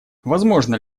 возможно